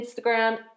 Instagram